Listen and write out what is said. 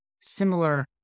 similar